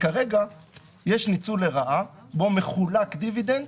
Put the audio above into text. כרגע יש ניצול לרעה, כאשר מחולק דיבידנד